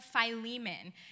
Philemon